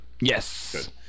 Yes